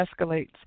escalates